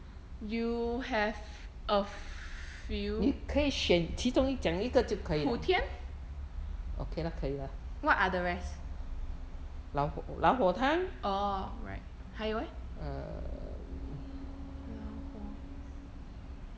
you have a few Putien what are the rest orh right 还有 eh 老火